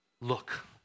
Look